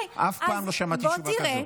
אף פעם לא שמעתי תשובה כזאת.